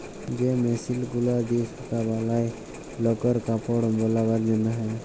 যে মেশিল গুলা দিয়ে সুতা বলায় লকর কাপড় বালাবার জনহে